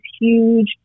huge